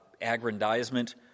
aggrandizement